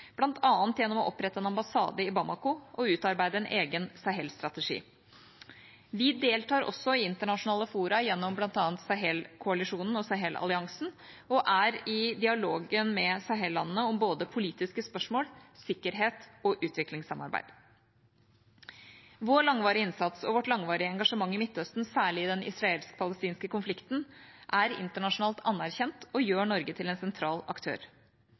Bamako og utarbeide en egen Sahel-strategi. Vi deltar også i internasjonale fora gjennom bl.a. Sahelkoalisjonen og Sahelalliansen og er i dialog med Sahel-landene om både politiske spørsmål, sikkerhet og utviklingssamarbeid. Vår langvarige innsats og vårt langvarige engasjement i Midtøsten, særlig i den israelsk-palestinske konflikten, er internasjonalt anerkjent og gjør Norge til en sentral aktør.